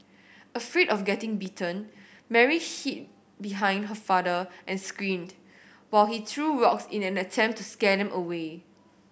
afraid of getting bitten Mary hid behind her father and screamed while he threw rocks in an attempt to scare them away